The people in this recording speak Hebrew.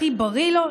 הכי בריא לו,